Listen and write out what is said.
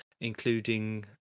including